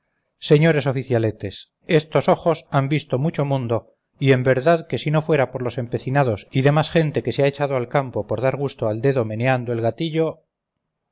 señores oficialetes estos ojos han visto mucho mundo y en verdad que si no fuera por los empecinados y demás gente que se ha echado al campo por dar gusto al dedo meneando el gatillo